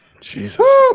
Jesus